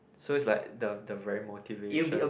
so is like the the very motivation